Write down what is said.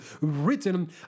written